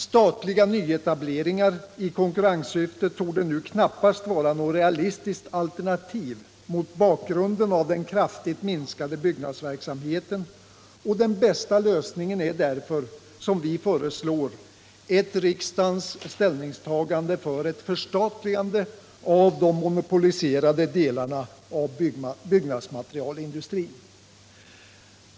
Statliga nyetableringar i konkurrenssyfte torde nu knappast vara något realistiskt alternativ mot bakgrunden av den kraftigt minskade byggnadsverksamheten, och den bästa lösningen är därför, som vi föreslår, ett riksdagens ställningstagande för ett förstatligande av de monopoliserade delarna av byggnadsmaterialindustrin.